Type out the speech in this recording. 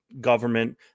government